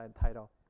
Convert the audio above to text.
title